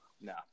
No